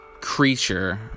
creature